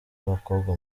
babakobwa